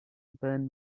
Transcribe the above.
burn